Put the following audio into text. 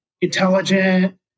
intelligent